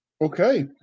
Okay